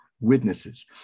Witnesses